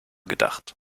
gedacht